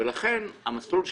לכן המסלול שבחר,